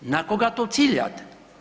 Na koga to ciljate?